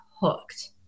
hooked